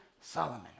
Solomon